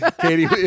Katie